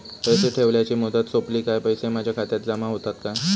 पैसे ठेवल्याची मुदत सोपली काय पैसे माझ्या खात्यात जमा होतात काय?